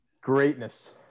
Greatness